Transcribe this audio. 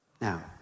Now